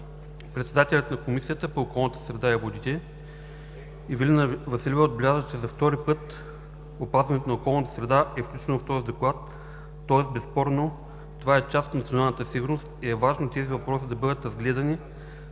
Председателят на Комисията по околната среда и водите Ивелина Василева отбеляза, че за втори път опазването на околната среда е включено в този Доклад, тоест безспорно това е част от националната сигурност и е важно тези въпроси да бъдат разгледани,